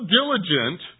diligent